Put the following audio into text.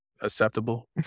acceptable